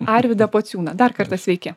arvydą pociūną dar kartą sveiki